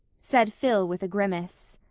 said phil, with a grimace.